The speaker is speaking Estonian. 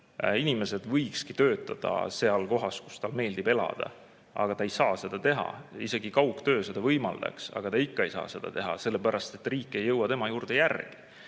Inimesed võikski töötada seal kohas, kus neile meeldib elada, aga nad ei saa seda teha, isegi kui kaugtöö seda võimaldaks. Nad ei saa seda teha, sellepärast et riik ei jõua nende juurde.